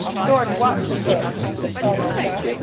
george watson did, said charlie star.